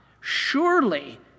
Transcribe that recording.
Surely